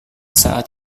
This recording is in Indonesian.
saat